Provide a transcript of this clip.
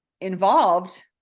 involved